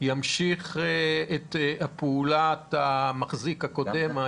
ימשיך את פעולת המחזיק הקודם,